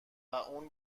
اون